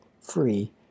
free